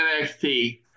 NXT